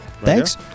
thanks